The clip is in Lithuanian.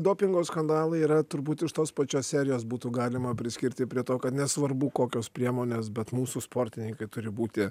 dopingo skandalai yra turbūt iš tos pačios serijos būtų galima priskirti prie to kad nesvarbu kokios priemonės bet mūsų sportininkai turi būti